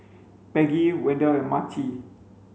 Peggy Wendell and Maci